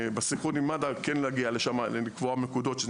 בסנכרון עם מד"א כן לקבוע נקודות שהן